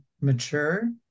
mature